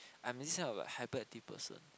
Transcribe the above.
I'm this kind of hyperactive person